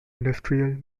industrial